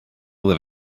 live